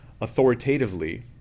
authoritatively